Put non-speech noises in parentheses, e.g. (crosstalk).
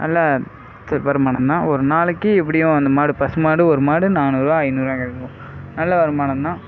நல்ல (unintelligible) வருமானம்தான் ஒரு நாளைக்கி எப்படியும் அந்த மாடு பசு மாடு ஒரு மாடு நானூறு ரூபா ஐநூறு ரூபா கிடைக்கும் நல்ல வருமானம்தான்